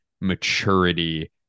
maturity